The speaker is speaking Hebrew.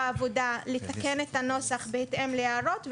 העבודה לתקן את הנוסח בהתאם להערות,